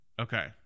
Okay